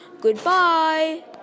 Goodbye